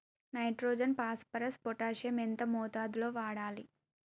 Nitrogen phosphorus potassium ఎంత మోతాదు లో వాడాలి?